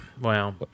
Wow